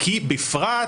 בפרט,